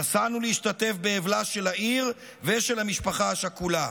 נסענו להשתתף באבלה של העיר ושל המשפחה השכולה".